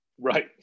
Right